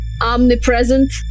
omnipresent